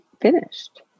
finished